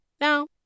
Now